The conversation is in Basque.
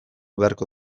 beharko